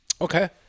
Okay